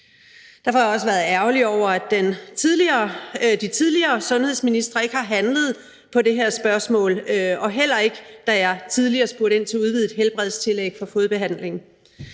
Derfor har jeg også været ærgerlig over, at de tidligere sundhedsministre ikke har handlet på det her spørgsmål, heller ikke, da jeg tidligere spurgte ind til udvidet helbredstillæg for fodbehandling.